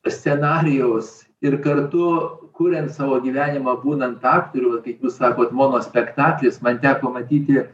scenarijaus ir kartu kuriant savo gyvenimą būnant aktoriu vat kaip jūs sakot monospektaklis man teko matyti